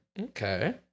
Okay